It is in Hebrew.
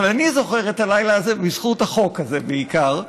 אבל אני זוכר את הלילה הזה בזכות החוק הזה בעיקר,